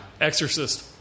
Exorcist